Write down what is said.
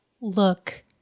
look